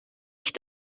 ich